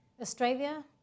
Australia